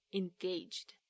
engaged